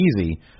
easy